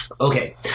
Okay